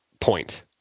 point